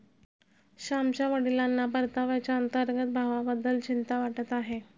श्यामच्या वडिलांना परताव्याच्या अंतर्गत भावाबद्दल चिंता वाटत आहे